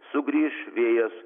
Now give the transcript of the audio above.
sugrįš vėjas